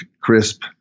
crisp